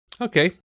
Okay